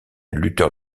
lutteur